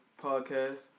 Podcast